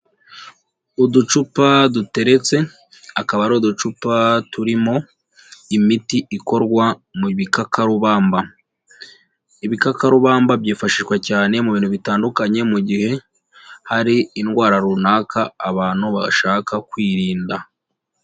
Uducupa duteretse, akaba ari uducupa turimo imiti ikorwa mu bikakarubamba. Ibikakarubamba byifashishwa cyane mu bintu bitandukanye mu gihe hari indwara runaka abantu bashaka kwirinda.